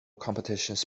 competitions